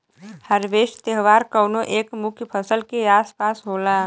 harvest त्यौहार कउनो एक मुख्य फसल के आस पास होला